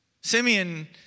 Simeon